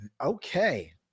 Okay